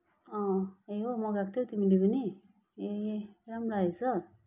त्यही हो मगाएको थियौ तिमीले पनि ए राम्रो आएछ